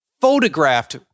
photographed